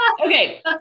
Okay